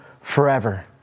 forever